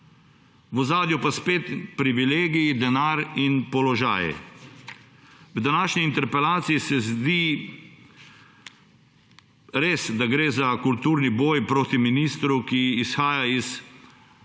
V ozadju pa spet privilegiji, denar in položaj. V današnji interpelaciji se zdi res, da gre za kulturni boj proti ministru, ki izhaja iz neke